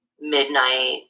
midnight